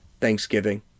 Thanksgiving